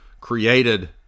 created